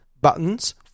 buttons